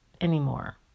anymore